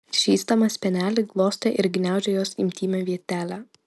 žįsdamas spenelį glostė ir gniaužė jos intymią vietelę